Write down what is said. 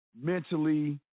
mentally